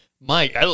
Mike